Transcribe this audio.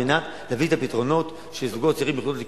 על מנת להביא את הפתרונות כדי שזוגות צעירים יוכלו לקנות,